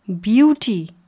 beauty